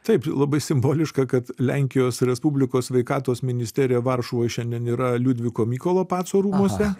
taip labai simboliška kad lenkijos respublikos sveikatos ministerija varšuvoj šiandien yra liudviko mykolo paco rūmuose